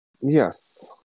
Yes